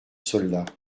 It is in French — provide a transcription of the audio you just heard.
soldat